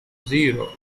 zero